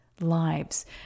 lives